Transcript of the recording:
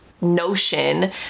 notion